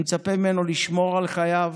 אני מצפה ממנו לשמור על חייו,